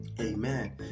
Amen